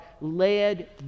led